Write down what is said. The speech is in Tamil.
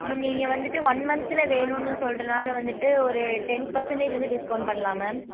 மேம் நீங்கள் வந்துட்டு ஒன் மந்த்தில் வேணும்னு சொல்கிறனால வந்துட்டு ஒரு டென் பர்சண்டேஜ் வந்து டிஸ்கௌண்ட் பண்ணலாம் மேம்